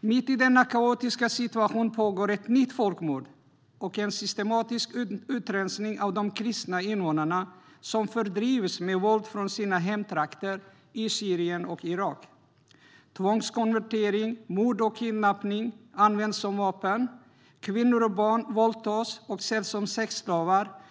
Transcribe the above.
Mitt i denna kaotiska situation pågår ett nytt folkmord och en systematisk utrensning av de kristna invånarna som fördrivs med våld från sina hemtrakter i Syrien och Irak. Tvångskonvertering, mord och kidnappning används som vapen. Kvinnor och barn våldtas och säljs som sexslavar.